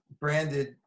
branded